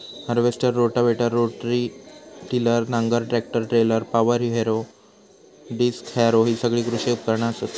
harvester, rotavator, rotary tiller, नांगर, tractor trailer, power harrow, disc harrow हि सगळी कृषी उपकरणा असत